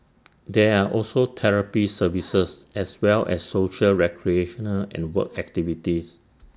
there are also therapy services as well as social recreational and work activities